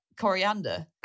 coriander